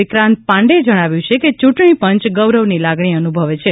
વિક્રાંત પાંડેયે જણાવ્યું છે કે ચૂંટણીપંચ ગોરવની લાગણી અનુભવે છે